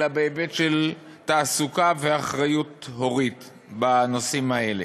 אלא בהיבט של תעסוקה ואחריות הורית בנושאים האלה.